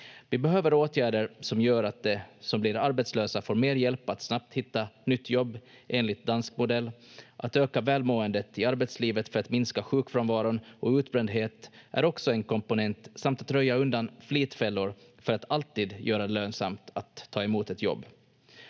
Vi behöver åtgärder som gör att de som blir arbetslösa får mer hjälp att snabbt hitta nytt jobb enligt dansk modell. Att öka välmåendet i arbetslivet för att minska sjukfrånvaron och utbrändhet är också en komponent samt att röja undan flitfällor för att alltid göra det lönsamt att ta emot ett jobb.